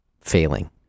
failing